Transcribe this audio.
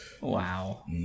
Wow